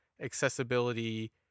accessibility